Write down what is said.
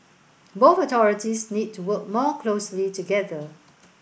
both authorities need to work more closely together